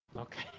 Okay